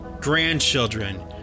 grandchildren